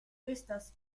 vistas